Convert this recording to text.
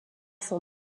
sans